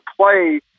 play